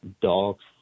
dogs